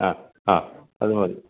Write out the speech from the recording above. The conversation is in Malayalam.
ആ ആ അത് മതി